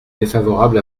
défavorable